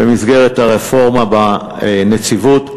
במסגרת הרפורמה בנציבות.